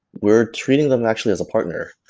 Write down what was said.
we're treating them actually as a partner.